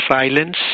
silence